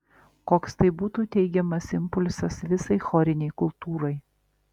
koks tai būtų teigiamas impulsas visai chorinei kultūrai